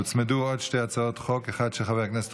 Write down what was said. הוצמדו עוד שתי הצעות חוק: האחת של חבר הכנסת